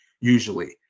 usually